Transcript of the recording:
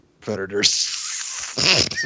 predators